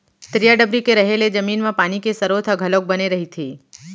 तरिया डबरी के रहें ले जमीन म पानी के सरोत ह घलोक बने रहिथे